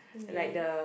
like the